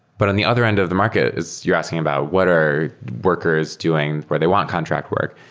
but on the other end of the market, as you're asking about, what are workers doing where they want contract work?